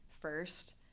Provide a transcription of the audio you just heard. first